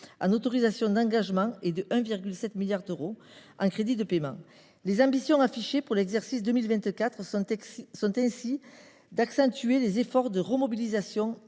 en autorisations d’engagement (AE) et de 1,7 milliard d’euros en crédits de paiement (CP). Les ambitions affichées pour l’exercice 2024 sont ainsi d’accentuer les efforts de remobilisation